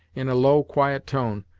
in a low, quiet tone,